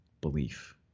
belief